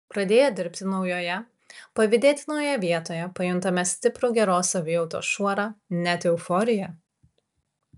pradėję dirbti naujoje pavydėtinoje vietoje pajuntame stiprų geros savijautos šuorą net euforiją